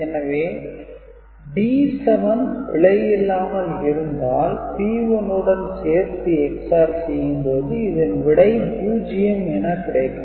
எனவே D7 பிழையில்லாமல் இருந்தால் P1 உடன் சேர்த்து EX - OR செய்யும் போது இதன் விடை 0 என கிடைக்கும்